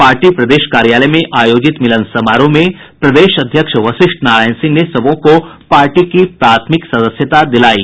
party प्रदेश कार्यालय में आयोजित मिलन समारोह में प्रदेश अध्यक्ष वशिष्ठ नारायण सिंह ने सबों को पार्टी की प्राथमिक सदस्यता दिलायी